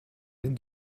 den